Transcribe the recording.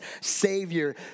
Savior